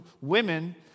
women